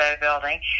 building